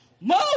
Move